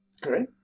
great